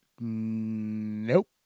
Nope